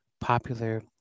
popular